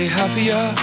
happier